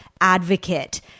advocate